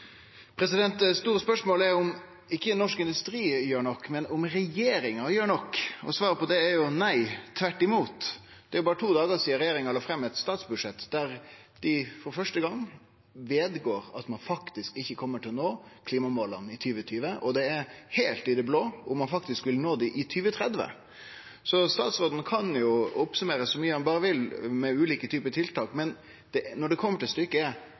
Det store spørsmålet er ikkje om norsk industri gjer nok, men om regjeringa gjer nok. Svaret på det er nei. Tvert imot, det er berre to dagar sidan regjeringa la fram eit statsbudsjett der dei for første gong vedgår at ein faktisk ikkje kjem til å nå klimamåla i 2020. Det er heilt i det blå om ein vil nå dei i 2030. Statsråden kan jo summere opp så mykje han berre vil ulike typar tiltak, men når det kjem til stykket: Er